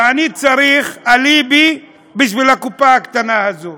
ואני צריך אליבי בשביל הקופה הקטנה הזאת.